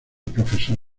prof